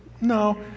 No